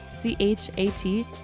C-H-A-T